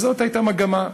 וזאת הייתה מגמה,